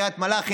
קריית מלאכי,